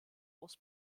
aus